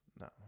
no